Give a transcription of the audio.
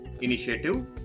initiative